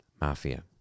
mafia